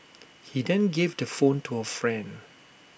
he then gave the phone to A friend